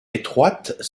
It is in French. étroites